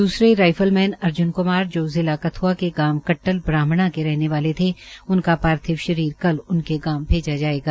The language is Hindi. दूसरे राईफल मैन अर्ज्न क्मार जो जिला कथ्आ के गांव कटटन ब्राहाणा के रहने वाले थे उनका पार्थिव शरीर कल उनके गांव भेजा जायेगा